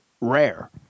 rare